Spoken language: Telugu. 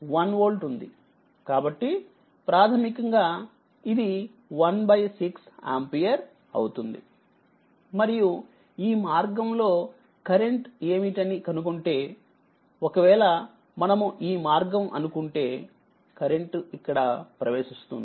V01వోల్ట్ఉంది కాబట్టిప్రాథమికంగా ఇది16ఆంపియర్అవుతుంది మరియుఈ మార్గం లో కరెంట్ ఏమిటని కనుగొంటే ఒకవేళ మనము ఈ మార్గం అనుకుంటే కరెంట్ ఇక్కడ ప్రవేశిస్తుంది